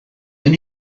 then